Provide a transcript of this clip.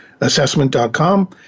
assessment.com